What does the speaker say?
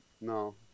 No